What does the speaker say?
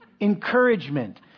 encouragement